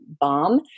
bomb